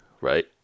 right